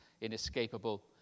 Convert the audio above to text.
inescapable